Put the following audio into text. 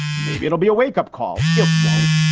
maybe it'll be a wake up call. it won't.